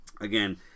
again